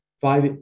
five